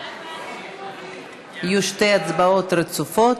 יהיו שתי הצבעות רצופות.